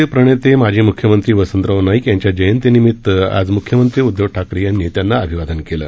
हरित क्रांतीचे प्रणेते माजी मुख्यमंत्री वसंतराव नाईक यांच्या जयंतीनिमित आज मुख्यमंत्री उदधव ठाकरे यांनी त्यांना अभिवादन केलं